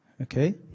Okay